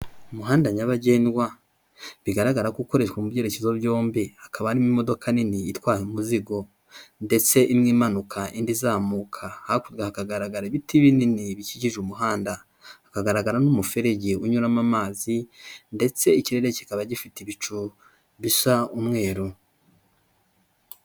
Umuhanda nyabagendwa bigaragara ko ukoreshwa mu byerekezo byombi, hakaba harimo imodoka nini itwaye umuzigo ndetse imwe imanuka indi izamuka, hakurya hakagaragara ibiti binini bikikije umuhanda, hakagaragara n'umuferege unyuramo amazi ndetse ikirere kikaba gifite ibicu bisa umweru.